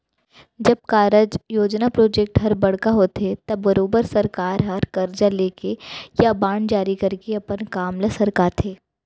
जब कारज, योजना प्रोजेक्ट हर बड़का होथे त बरोबर सरकार हर करजा लेके या बांड जारी करके अपन काम ल सरकाथे